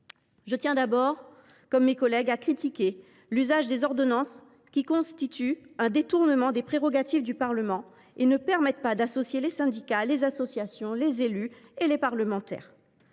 Je tiens d’abord, comme mes collègues, à critiquer l’usage des ordonnances. Elles constituent un détournement des prérogatives du Parlement et ne permettent pas d’associer les syndicats, les associations, les élus et les parlementaires